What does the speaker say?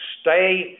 Stay